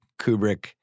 Kubrick